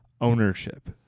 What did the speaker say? ownership